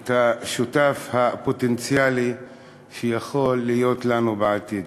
את השותף הפוטנציאלי שיכול להיות לנו בעתיד.